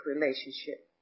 relationship